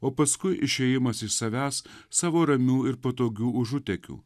o paskui išėjimas iš savęs savo ramių ir patogių užutekių